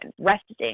resting